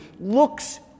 looks